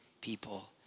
people